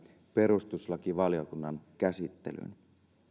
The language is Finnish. perustuslakivaliokunnan käsittelyyn